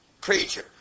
creature